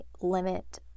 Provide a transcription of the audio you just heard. limit